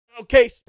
Okay